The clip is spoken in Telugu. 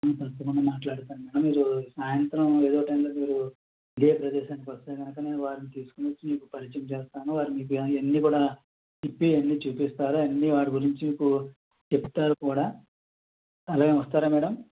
తప్పకుండా మాట్లాడతాను మేడం మీరు సాయంత్రం ఏదొక టైంలో మీరు ఇదే ప్రదేశానికి వస్తే కనుక నేను వారిని తీసుకొని వచ్చి పరిచయం చేస్తాను వారు మీకు అయన్ని కూడా తిప్పి అన్ని చూపిస్తారు అయన్ని వాటి గురించి మీకు చెప్తారు కూడా అలాగే వస్తారా మ్యాడం